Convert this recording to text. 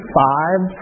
five